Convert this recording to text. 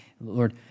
Lord